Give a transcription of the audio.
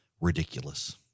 ridiculous